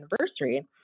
anniversary